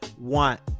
want